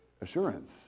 assurance